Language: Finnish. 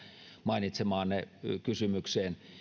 mainitsemaanne kysymykseen